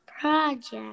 project